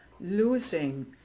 losing